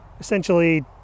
essentially